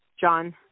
John